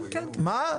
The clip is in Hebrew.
מה?